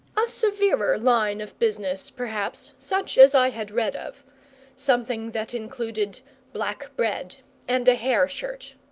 a severer line of business, perhaps, such as i had read of something that included black bread and a hair-shirt.